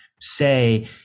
say